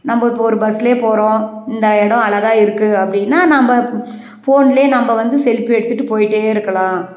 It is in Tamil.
நம்ம இப்போ ஒரு பஸ்லேயே போகிறோம் இந்த எடம் அழகா இருக்குது அப்படின்னா நம்ம ஃபோன்லேயே நம்ம வந்து செல்பி எடுத்துட்டு போய்ட்டே இருக்கலாம்